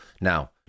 Now